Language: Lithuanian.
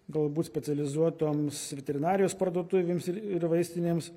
galbūt specializuotoms veterinarijos parduotuvėms ir ir vaistinėms